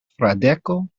fradeko